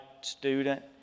student